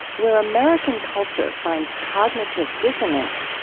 where american culture finds cognitive dissonance,